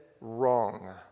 wrong